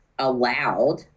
allowed